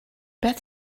beth